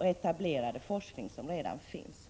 etablerade forskning som redan finns.